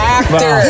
actor